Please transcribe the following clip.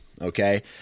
okay